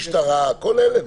משטרה, כל אלה.